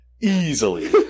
easily